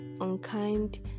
unkind